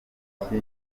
amashyi